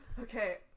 Okay